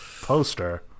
poster